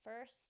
first